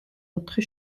ოთხი